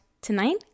tonight